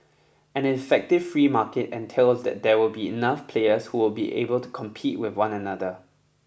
an effective free market entails that there will be enough players who will be able to compete with one another